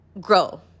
grow